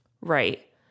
Right